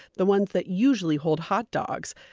the ones that usually hold hot dogs.